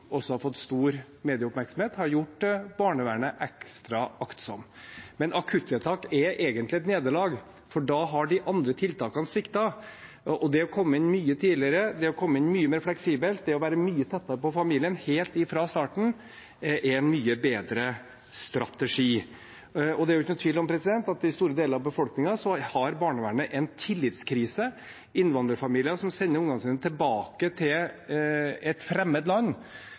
har fått stor medieoppmerksomhet, har gjort barnevernet ekstra aktsomt. Men akuttvedtak er egentlig et nederlag, for da har de andre tiltakene sviktet. Det å komme inn mye tidligere, det å komme inn mye mer fleksibelt, det å være mye tettere på familien helt fra starten er en mye bedre strategi. Og det er jo ikke noen tvil om at i store deler av befolkningen har barnevernet en tillitskrise – innvandrerfamilier som sender ungene sine tilbake til et fremmed land